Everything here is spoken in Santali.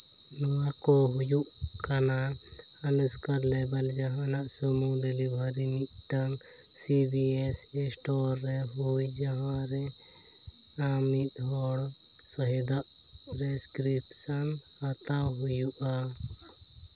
ᱱᱚᱣᱟ ᱠᱚ ᱦᱩᱭᱩᱜ ᱠᱟᱱᱟ ᱚᱱᱩᱥᱠᱟᱨ ᱞᱮᱵᱮᱞ ᱡᱟᱦᱟᱱᱟᱜ ᱥᱩᱢᱩᱱ ᱰᱮᱞᱤᱵᱷᱟᱨᱤ ᱢᱤᱫᱴᱟᱝ ᱥᱤ ᱵᱤ ᱮᱥ ᱮᱥᱴᱚᱨ ᱨᱮ ᱦᱩᱭ ᱡᱟᱦᱟᱨᱮ ᱟᱢ ᱢᱤᱫ ᱦᱚᱲ ᱥᱚᱦᱮᱫᱟᱜ ᱯᱨᱮᱥᱠᱨᱤᱯᱥᱚᱱ ᱦᱟᱛᱟᱣ ᱦᱩᱭᱩᱜᱼᱟ